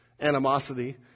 animosity